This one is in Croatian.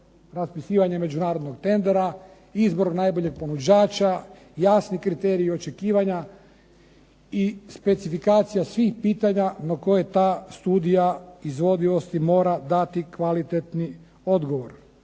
Raspisivanje međunarodnog tendera, izbor najboljeg ponuđača, jasni kriteriji očekivanja i specifikacija svih pitanja na koje ta studija izvodivosti mora dati kvalitetni odgovor,